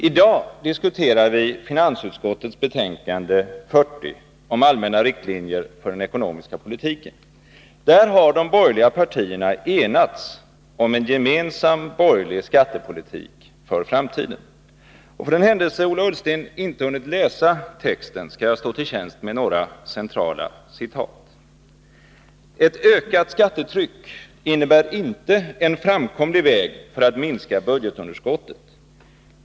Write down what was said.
I dag diskuterar vi finansutskottets betänkande 40 om allmänna riktlinjer för den ekonomiska politiken. Där har de borgerliga partierna enats om en gemensam borgerlig skattepolitik för framtiden. För den händelse Ola Ullsten inte har hunnit läsa texten skall jag stå till tjänst med några centrala citat. ”-—- att ett ökat skattetryck inte innebär en framkomlig väg för att minska budgetunderskottet.